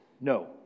No